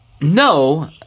No